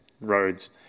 roads